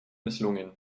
misslungen